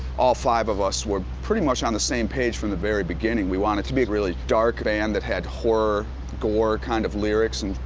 all five of us were pretty much on the same page from the very beginning. we wanted to be a really dark band that had horror gore kind of lyrics, and.